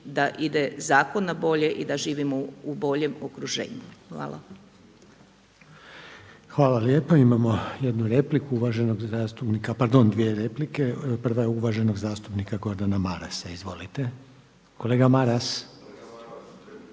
da ide zakon na bolje i da živimo u boljem okruženju. Hvala. **Reiner, Željko (HDZ)** Hvala lijepo. Imamo jednu repliku, uvaženog zastupnika, pardon dvije replike, prva je uvaženog zastupnika Gordana Marasa. Izvolite. Kolega Maras.